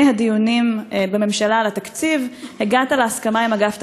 הדיונים בממשלה על התקציב הגעת להסכמה עם אגף התקציבים,